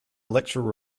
electoral